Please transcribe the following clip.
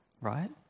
right